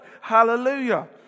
Hallelujah